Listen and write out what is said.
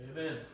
Amen